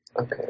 Okay